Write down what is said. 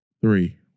Three